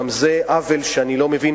גם זה עוול שאני לא מבין.